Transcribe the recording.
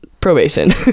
probation